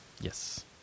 Yes